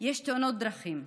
יש תאונות דרכים,